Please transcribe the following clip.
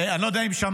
אני לא יודע אם שמעתם,